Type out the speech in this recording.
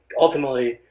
ultimately